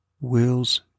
wills